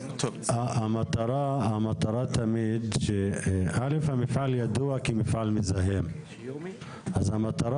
המטרה תמיד שא' המפעל ידוע כמפעל מזהם אז המטרה